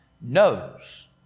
knows